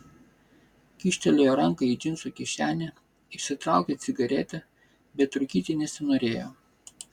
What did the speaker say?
kyštelėjo ranką į džinsų kišenę išsitraukė cigaretę bet rūkyti nesinorėjo